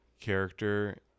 character